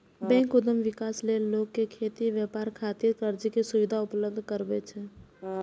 bank उद्यम विकास लेल लोक कें खेती, व्यापार खातिर कर्ज के सुविधा उपलब्ध करबै छै